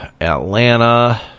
Atlanta